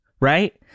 right